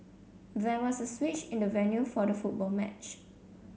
there was a switch in the venue for the football match